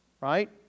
right